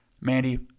Mandy